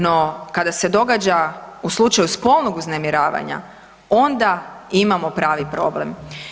No kada se događa u slučaju spolnog uznemiravanja onda imamo pravi problem.